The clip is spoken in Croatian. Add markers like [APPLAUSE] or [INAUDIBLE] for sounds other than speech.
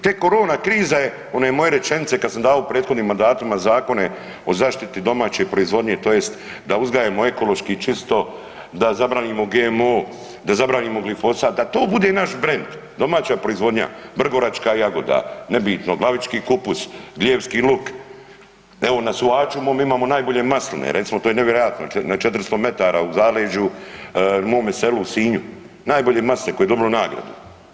Te korona kriza je u onoj mojoj rečenici kad sam davao u prethodnim mandatima zakone o zaštiti domaće proizvodnje tj. da uzgajamo ekološki i čisto, da zabranimo GMO, da zabranimo glifosat, da to bude naš brand, domaći proizvodnja, vrgoračka jagoda, nebitno, glavički kupus, ... [UNINTELLIGIBLE] luk, evo na Suhaču mom imamo najbolje masline, recimo to je nevjerojatno na 400 metara u zaleđu u mome selu u Sinju najbolje masline koje je dobilo nagradu.